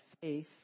faith